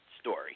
story